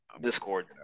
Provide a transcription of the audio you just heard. Discord